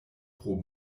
pro